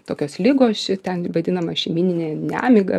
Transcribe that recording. tokios ligos ši ten vadinama šeimyninė nemiga